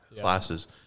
classes